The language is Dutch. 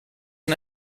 een